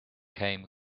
came